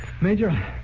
Major